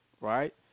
right